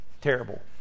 terrible